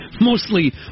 Mostly